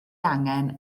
angen